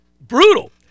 Brutal